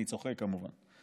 אני צוחק, כמובן.